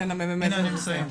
ניתן לממ"מ לסיים.